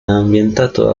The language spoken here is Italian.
ambientato